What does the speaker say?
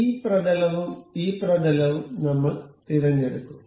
ഈ പ്രതലവും ഈ പ്രതലവും നമ്മൾ തിരഞ്ഞെടുക്കും